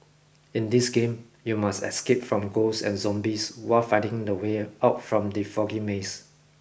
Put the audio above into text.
in this game you must escape from ghosts and zombies while finding the way out from the foggy maze